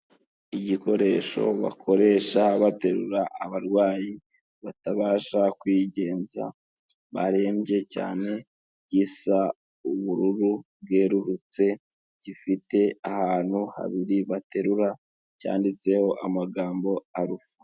Igikoresho bakoresha baterura abarwayi batabasha kwigenza barembye cyane gisa ubururu bwerurutse gifite ahantu habiri baterura cyanditseho amagambo arusa.